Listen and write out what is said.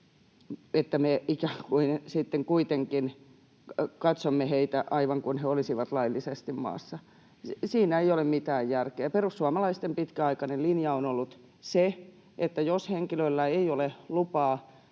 sitten kuitenkin katsomme heitä aivan kuin he olisivat laillisesti maassa? Siinä ei ole mitään järkeä. Perussuomalaisten pitkäaikainen linja on ollut, että jos henkilöllä ei ole lupaa